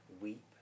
weep